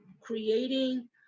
creating